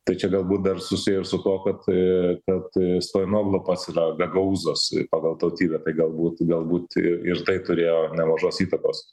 tai čia galbūt dar susiję ir su tuo kad kad stoianoglo pats yra gagaūzas pagal tautybę tai galbūt galbūt ir tai turėjo nemažos įtakos